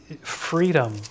freedom